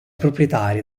proprietaria